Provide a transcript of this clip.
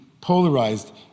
polarized